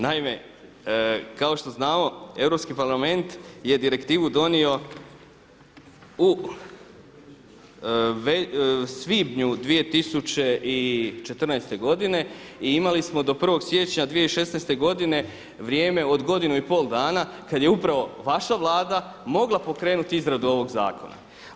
Naime, kao što znamo Europski parlament je direktivu donio u svibnju 2014. godine i imali smo do 1. siječnja 2016. godine vrijeme od godinu i pol dana kada je upravo vaša Vlada mogla pokrenuti izradu ovog zakona.